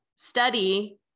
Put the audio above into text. study